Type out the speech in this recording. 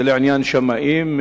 זה לעניין שמאים,